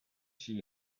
she